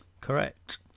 Correct